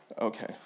okay